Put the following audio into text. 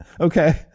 Okay